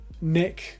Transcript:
Nick